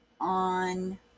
on